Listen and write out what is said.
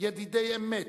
ידידי אמת,